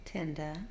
Tinder